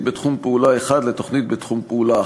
בתחום פעולה אחד לתוכנית בתחום פעולה אחר,